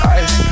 ice